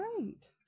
great